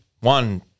one